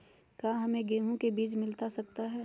क्या हमे गेंहू के बीज मिलता सकता है?